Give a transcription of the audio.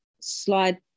slide